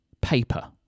paper